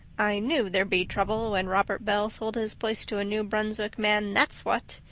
i knew there'd be trouble when robert bell sold his place to a new brunswick man, that's what.